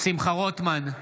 שמחה רוטמן,